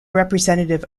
representative